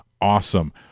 awesome